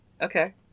Okay